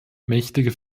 mächtige